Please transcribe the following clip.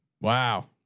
Wow